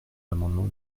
l’amendement